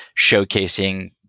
showcasing